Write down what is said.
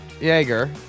Jaeger